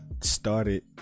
started